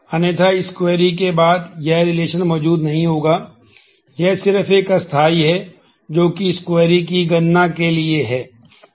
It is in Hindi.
अन्यथा इस क्वेरी के बाद यह रिलेशन की गणना के लिए है